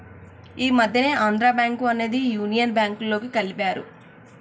ఈ మధ్యనే ఆంధ్రా బ్యేంకు అనేది యునియన్ బ్యేంకులోకి కలిపారు